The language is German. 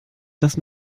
das